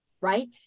right